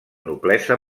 noblesa